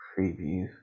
preview